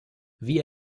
wie